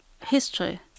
history